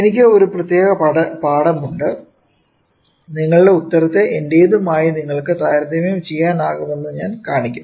എനിക്ക് ഒരു പ്രത്യേക പാഠമുണ്ട് നിങ്ങളുടെ ഉത്തരത്തെ എന്റേതുമായി നിങ്ങൾക്ക് താരതമ്യം ചെയ്യാനാകുമെന്ന് ഞാൻ കാണിക്കും